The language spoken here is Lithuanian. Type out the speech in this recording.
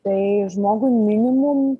tai žmogui minimum